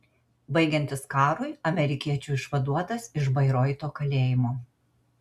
baigiantis karui amerikiečių išvaduotas iš bairoito kalėjimo